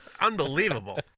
unbelievable